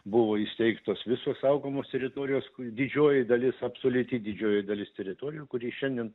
buvo įsteigtos visos saugomos teritorijos kurių didžioji dalis absoliuti didžioji dalis teritorijų kuri šiandien